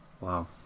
Wow